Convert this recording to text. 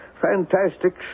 fantastic